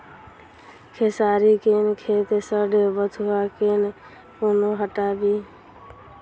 खेसारी केँ खेत सऽ बथुआ केँ कोना हटाबी